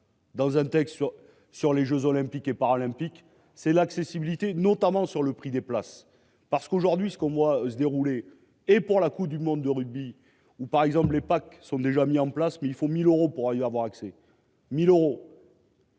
Dans un texte sur sur les Jeux olympiques et paralympiques, c'est l'accessibilité notamment sur le prix des places parce qu'aujourd'hui ce que moi se dérouler et pour la Coupe du monde de rugby ou par exemple les packs sont déjà mis en place mais il faut 1000 euros pour arriver à avoir accès, 1000 euros.